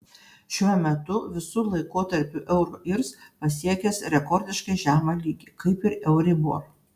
šiuo metu visų laikotarpių euro irs pasiekęs rekordiškai žemą lygį kaip ir euribor